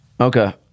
Okay